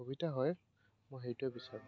সুবিধা হয় মই সেইটোৱে বিচাৰোঁ